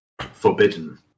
forbidden